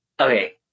Okay